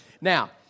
now